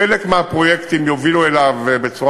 חלק מהפרויקטים יובילו אליו בצורה